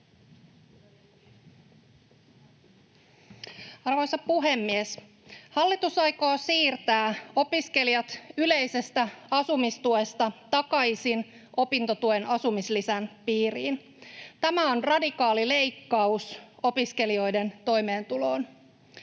Arvoisa puhemies! Hallitus aikoo siirtää opiskelijat yleisestä asumistuesta takaisin opintotuen asumislisän piiriin. Tämä on radikaali leikkaus opiskelijoiden toimeentuloon.